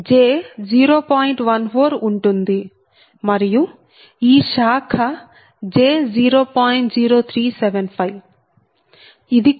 14 ఉంటుంది మరియు ఈ శాఖ j 0